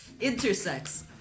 intersex